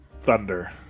thunder